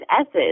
S's